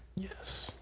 yes.